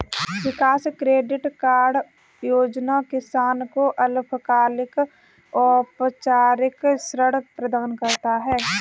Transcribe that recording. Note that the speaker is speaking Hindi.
किसान क्रेडिट कार्ड योजना किसान को अल्पकालिक औपचारिक ऋण प्रदान करता है